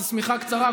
זו שמיכה קצרה,